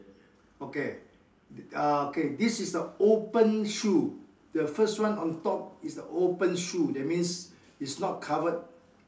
okay uh K this a open shoe the first one on top is a open shoe that means it's not covered